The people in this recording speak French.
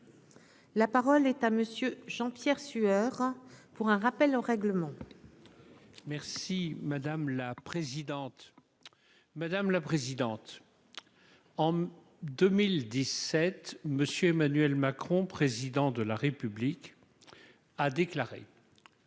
La parole est à monsieur Jean-Pierre Sueur pour un rappel au règlement. Merci madame la présidente, madame la présidente en 2017 Monsieur Emmanuel Macron, président de la République a déclaré